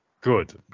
Good